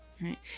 Right